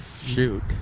Shoot